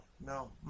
no